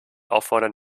auffordern